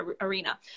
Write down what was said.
arena